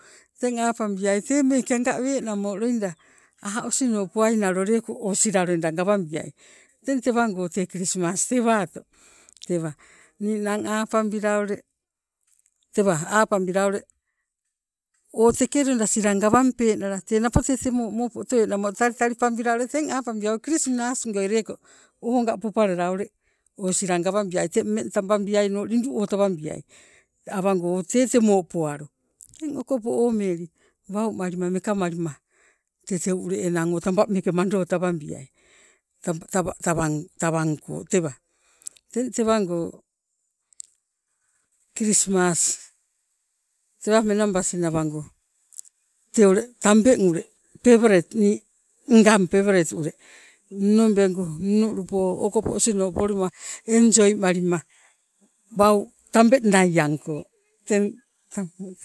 Teng apambiai tee meeke anga wenamo loida a' osino powainalo leko o sila loida gawambiai, teng tewango tee o kilismas tewato, tewa, ninang apambila ule tewa apambila ule o teke loida sila gawampenala tee napo tee temo mopo otoienamo talitalipambila teng ule apambiai o kilismasgoi leko onga popalala gawambiai teng ummeng tambabiaino lindu o tawambiai awango o tee temo poalu. Teng okopo omeli waumalima meka malima tee teu ule enang taba meeke mando tawambiai tabangko tewa, teng tewango kilismas tewa menabasi nawago tee ule tambeng ule pewelet ule nii ngang, pewelet ule innobegu, innulupo okopo osino poloma enjoy malima wau tambeng naiangko. Teng